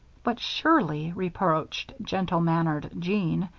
but surely, reproached gentle-mannered jean,